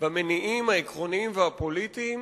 במניעים העקרוניים והפוליטיים.